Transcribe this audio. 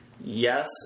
yes